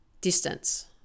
distance